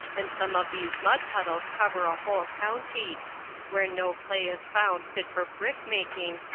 and some of these mud-puddles cover a whole county where no clay is found fit for brick-making,